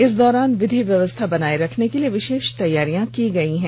इस दौरान विधि व्यवस्था बनाये रखने के लिए विशेष तैयारियां की गयी है